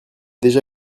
déjà